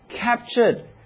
captured